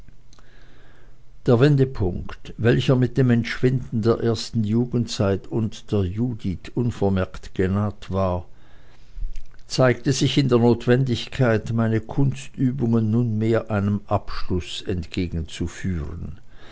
der wendepunkt welcher mit dem entschwinden der ersten jugendzeit und der judith unvermerkt genaht war zeigte sich in der notwendigkeit meine kunstübungen nunmehr einem abschluß